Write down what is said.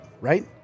right